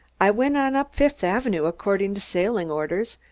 i went on up fifth avenue, according to sailing orders,